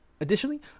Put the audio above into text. Additionally